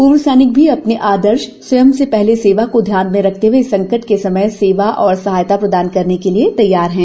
पूर्व सैनिक भी अपने आदर्श स्वयं से पहले सेवा को ध्यान में रखते हए इस संकट के समय सेवा और सहायता प्रदान करने के लिए तैयार हैं